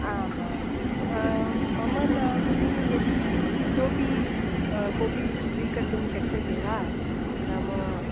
आम आम् मम नाम्नि यदि इतोऽपि कोऽपि स्वीकर्तुं शक्यते वा नाम